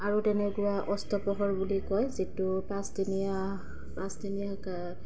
আৰু তেনেকুৱা অস্তপহৰ বুলি কয় যিটো পাঁচদিনীয়া পাঁচদিনীয়া